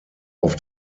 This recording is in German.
auf